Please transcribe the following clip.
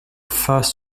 first